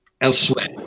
elsewhere